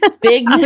big